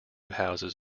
houses